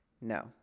No